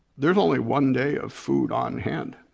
there's only one day of food on hand.